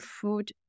food